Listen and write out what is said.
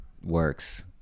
works